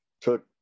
took